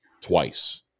twice